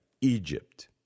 Egypt